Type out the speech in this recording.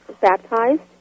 baptized